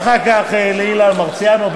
ואחר כך לאילן מרסיאנו.